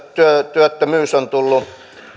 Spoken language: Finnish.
työttömyys on tullut